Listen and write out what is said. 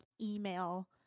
email